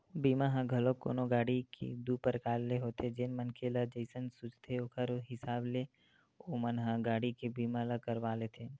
बीमा ह घलोक कोनो गाड़ी के दू परकार ले होथे जेन मनखे ल जइसन सूझथे ओखर हिसाब ले ओमन ह गाड़ी के बीमा ल करवा लेथे